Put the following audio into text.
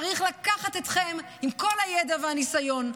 צריך לקחת אתכם עם כל הידע והניסיון,